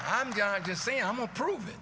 i'm going to say i'm approve